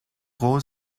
rôle